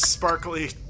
sparkly